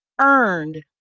earned